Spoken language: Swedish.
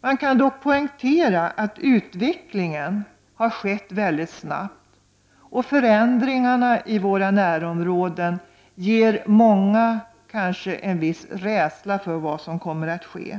Man kan dock poängtera att utvecklingen har skett mycket snabbt. Förändringar i våra närområden inger kanske många en viss rädsla för vad som kommer att ske.